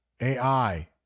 AI